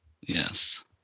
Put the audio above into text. Yes